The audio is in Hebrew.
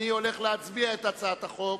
אנחנו נצביע על הצעת החוק.